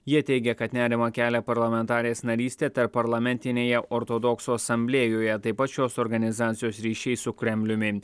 jie teigia kad nerimą kelia parlamentarės narystė tarpparlamentinėje ortodoksų asamblėjoje taip pat šios organizacijos ryšiai su kremliumi